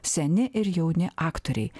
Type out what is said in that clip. seni ir jauni aktoriai